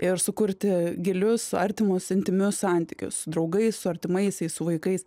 ir sukurti gilius artimus intymius santykius su draugais su artimaisiais su vaikais